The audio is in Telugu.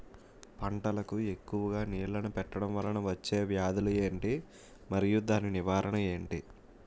పంటలకు ఎక్కువుగా నీళ్లను పెట్టడం వలన వచ్చే వ్యాధులు ఏంటి? మరియు దాని నివారణ ఏంటి?